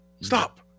Stop